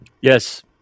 Yes